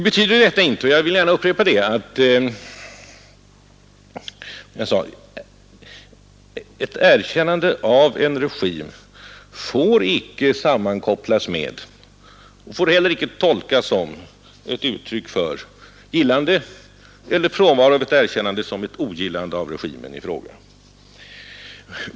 Ett erkännande av en regim — jag vill gärna upprepa det — får icke sammankopplas med eller tolkas som ett uttryck för gillande och icke heller frånvaron av ett erkännande såsom ogillande av regimen i fråga.